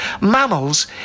mammals